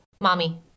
mommy